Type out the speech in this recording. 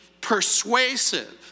persuasive